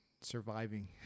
surviving